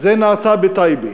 זה נעשה בטייבה,